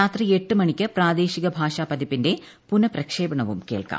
രാത്രി എട്ട് മണിക്ക് പ്രാദേശിക ഭാഷ പതിപ്പിന്റെ പുനഃപ്രക്ഷേപണവും കേൾക്കാം